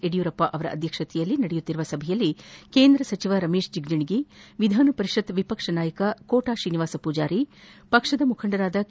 ಯಡಿಯೂರಪ್ಪ ಅಧ್ಯಕ್ಷತೆಯಲ್ಲಿ ನಡೆಯುತ್ತಿರುವ ಸಭೆಯಲ್ಲಿ ಕೇಂದ್ರ ಸಚವ ರಮೇಶ್ ಜಗಜೀಗಿ ವಿಧಾನಪರಿಷತ್ ವಿಪಕ್ಷ ನಾಯಕ ಕೋಟ ಶ್ರೀನಿವಾಸ ಪೂಜಾರಿ ಪಕ್ಷದ ಮುಖಂಡರಾದ ಕೆ